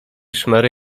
szmery